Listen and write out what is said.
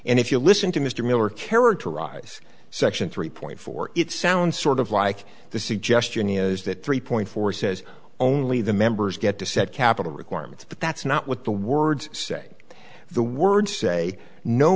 and if you listen to mr miller characterize section three point four it sounds sort of like the suggestion is that three point four says only the members get to set capital requirements but that's not what the words say the words say no